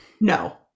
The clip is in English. No